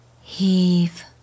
heave